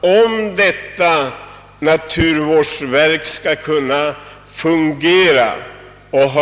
Om na turvårdsverket skall kunna fungera och